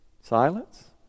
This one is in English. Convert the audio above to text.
silence